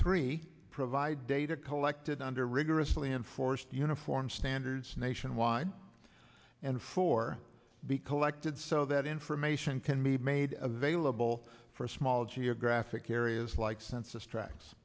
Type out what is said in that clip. three provide data collected under rigorously enforced uniform standards nationwide and for be collected so that information can be made available for small geographic areas like